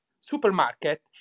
supermarket